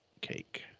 cake